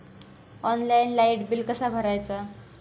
Online light bill कसा भरायचा?